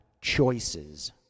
choices